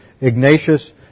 Ignatius